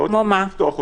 לא צריך לפתוח אותן.